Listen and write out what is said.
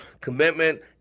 Commitment